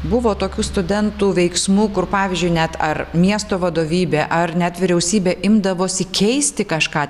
buvo tokių studentų veiksmų kur pavyzdžiui net ar miesto vadovybė ar net vyriausybė imdavosi keisti kažką